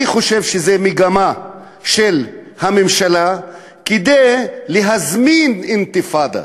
אני חושב שזו מגמה של הממשלה כדי להזמין אינתיפאדה.